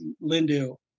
Lindell